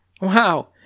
Wow